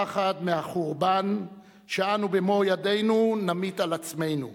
הפחד מהחורבן שאנו במו ידינו נמיט על עצמנו,